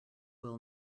will